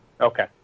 Okay